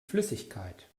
flüssigkeit